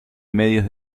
medios